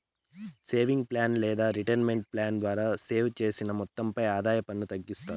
savings plan లేదా retirement plan ద్వారా save చేసిన మొత్తంపై ఆదాయ పన్ను తగ్గిస్తారు